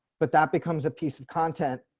but that becomes a piece of content.